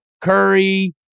Curry